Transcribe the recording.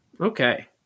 Okay